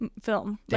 film